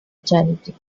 charity